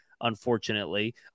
unfortunately